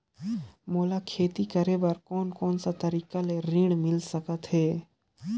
मोला खेती करे बर कोन कोन सा तरीका ले ऋण मिल सकथे?